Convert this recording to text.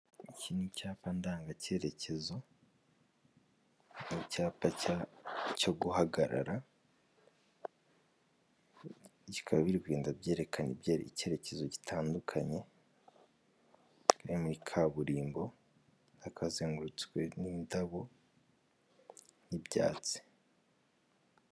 Iki ni icyapa ndanga cyeyerekezo, ni icyapa cyo guhagarara, bikaba byerekanye icyerekezo gitandukanye muri kaburimbo hakaba hazengurutswe n'indabo n'ibyatsi.